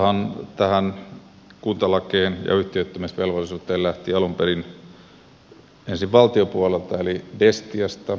taustahan tähän kuntalakiin ja yhtiöittämisvelvollisuuteen lähti alun perin ensin valtion puolelta eli destiasta